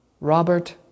Robert